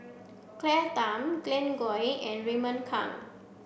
Claire Tham Glen Goei and Raymond Kang